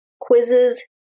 quizzes